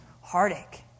heartache